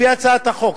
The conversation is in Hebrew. לפי הצעת החוק,